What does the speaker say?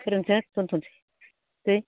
फोरोंसार दोनथ'सै दै